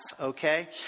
okay